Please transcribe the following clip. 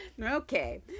okay